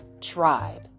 tribe